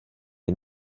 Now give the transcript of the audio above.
est